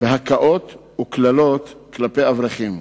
בהכאה ובקללות כלפי אברכים.